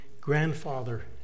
grandfather